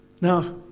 Now